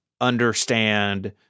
understand